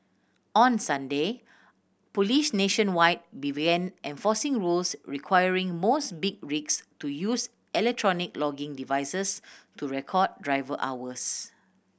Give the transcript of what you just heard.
on Sunday police nationwide began enforcing rules requiring most big rigs to use electronic logging devices to record driver hours